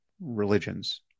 religions